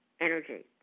energy